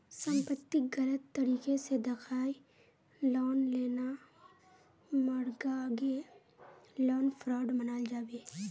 संपत्तिक गलत तरीके से दखाएँ लोन लेना मर्गागे लोन फ्रॉड मनाल जाबे